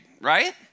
right